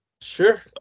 Sure